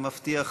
אני מבטיח,